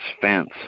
fence